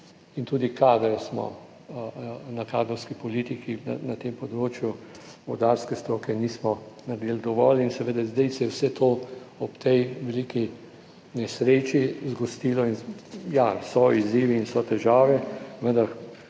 in tudi kadre smo, na kadrovski politiki, na tem področju vodarske stroke nismo naredili dovolj in seveda, zdaj se je vse to ob tej veliki nesreči zgostil in ja, so izzivi in so težave, vendar